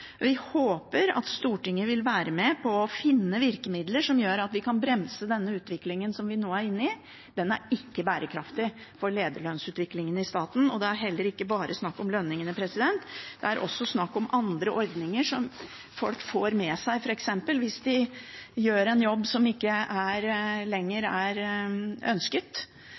Vi håper at Stortinget vil være med på å finne virkemidler som gjør at vi kan bremse den utviklingen som vi nå er inne i. Den er ikke bærekraftig for lederlønnsutviklingen i staten. Og det er ikke bare snakk om lønningene. Det er også snakk om andre ordninger som folk får med seg, f.eks. hvis de gjør en jobb som ikke lenger er ønsket,